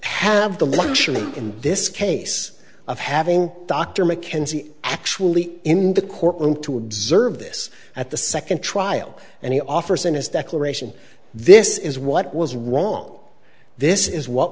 have the luxury in this case of having dr mackenzie actually in the courtroom to observe this at the second trial and he offers in his declaration this is what was wrong this is what